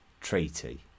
treaty